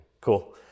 Cool